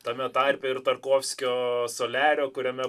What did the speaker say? tame tarpe ir tarkovskio soliario kuriame